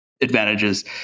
advantages